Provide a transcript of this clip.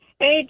Hey